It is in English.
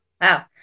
Wow